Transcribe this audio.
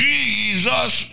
Jesus